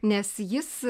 nes jis